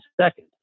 second